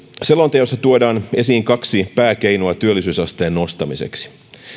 selonteossa tuodaan esiin kaksi pääkeinoa työllisyysasteen nostamiseksi